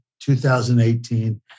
2018